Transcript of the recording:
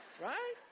right